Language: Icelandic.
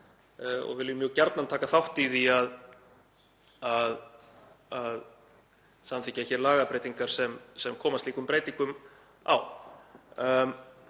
Við viljum mjög gjarnan taka þátt í því að samþykkja lagabreytingar sem koma slíkum breytingum á.